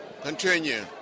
continue